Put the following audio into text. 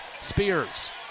Spears